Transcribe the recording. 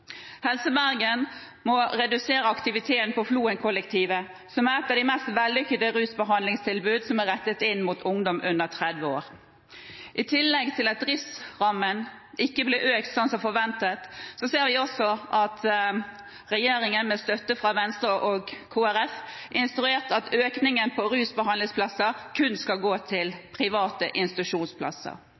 må redusere aktiviteten ved Floenkollektivet, som er et av de mest vellykkede rusbehandlingstilbudene som er rettet inn mot ungdom under 30 år. I tillegg til at driftsrammen ikke ble økt som forventet, ser vi at regjeringen med støtte fra Venstre og Kristelig Folkeparti har instruert at økningen til rusbehandlingsplasser kun skal gå til private institusjonsplasser.